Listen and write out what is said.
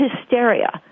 hysteria